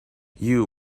you